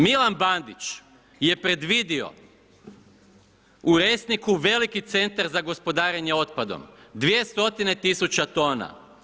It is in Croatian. Milan Bandić je predvidio u Resniku veliki centar za gospodarenje otpadom, 200 tisuća tona.